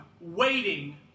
waiting